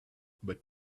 but